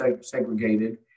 segregated